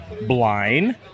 blind